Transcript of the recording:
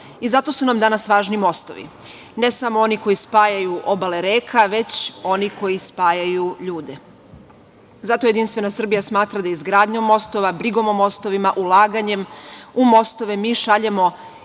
i zato su nam danas važni mostovi, ne samo oni koji spajaju obale reka, već oni koji spajaju ljude. Zato JS smatra da izgradnjom mostova, brigom o mostovima, ulaganjem u mostove mi šaljemo